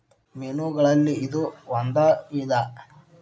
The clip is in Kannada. ಮೇನುಗಳಲ್ಲಿ ಇದು ಒಂದ ವಿಧಾ